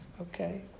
Okay